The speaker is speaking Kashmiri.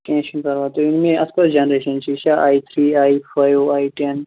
کیٚنٛہہ چھُنہٕ پَرواے تُہۍ ؤنِو مےٚ اتھ کۅس جنریشَن چھِ یہِ چھا I three I five I tan